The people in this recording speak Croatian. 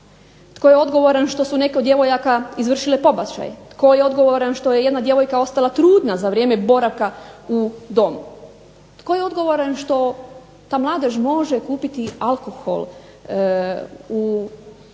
Tko je odgovoran što su neke od djevojaka izvršile pobačaj? Tko je odgovoran što je jedan djevojka ostala trudna za vrijeme boravka u domu? Tko je odgovoran što ta mladež može kupiti alkohol u